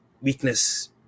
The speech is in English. weakness